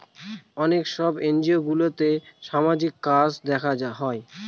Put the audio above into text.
অনেক সব এনজিওগুলোতে সামাজিক কাজ দেখা হয়